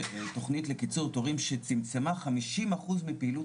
תכנית לקיצור תורים שצמצמה 50% מפעילות